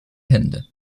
hände